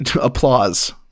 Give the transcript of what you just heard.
Applause